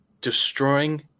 destroying